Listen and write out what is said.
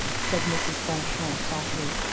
said mrs. beauchamp softly,